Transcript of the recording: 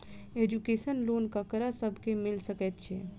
Education loan ककरा सब केँ मिल सकैत छै?